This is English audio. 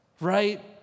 right